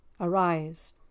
Arise